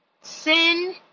sin